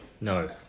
No